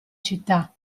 città